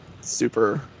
super